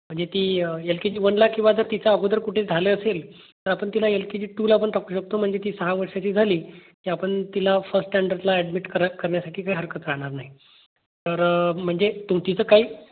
म्हंजे ती L K G वनला किंवा जर तिचा अगोदर कुठे झालं असेल तर आपण तिला एल के जी टूला पण टाकू शकतो म्हणजे ती सहा वर्षाची झाली की आपण तिला फर्स्ट स्टँडर्डला ॲडमिट करा करण्यासाठी काही हरकत राहणार नाही तर म्हणजे तुम तिचं काही